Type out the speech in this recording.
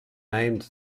named